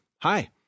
hi